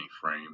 frame